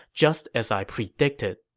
just as i predicted.